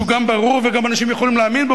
שהוא גם ברור וגם אנשים יכולים להאמין בו,